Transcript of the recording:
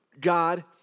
God